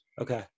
Okay